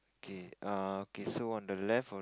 okay err okay so on the left